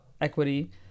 equity